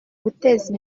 guteza